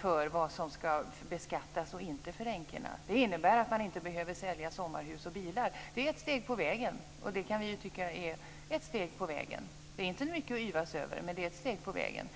för vad som ska beskattas och inte beskattas för änkorna. Det innebär att de inte behöver sälja sommarhus och bilar. Det är inte mycket att yvas över, men det är ett steg på vägen.